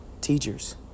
teachers